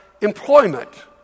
employment